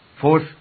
Fourth